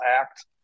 Act